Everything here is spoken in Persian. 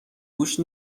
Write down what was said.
گوش